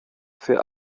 für